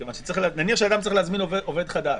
מכיוון שנניח שאדם צריך להזמין עובד חדש,